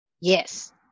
Yes